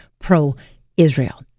pro-Israel